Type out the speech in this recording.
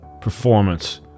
performance